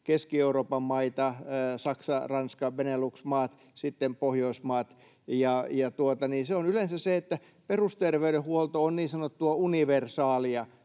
Keski-Euroopan maita, Saksaa, Ranskaa, Benelux-maita ja Pohjoismaita — että yleensä perusterveydenhuolto on niin sanottua universaalia,